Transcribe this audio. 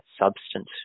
substance